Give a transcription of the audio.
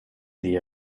sie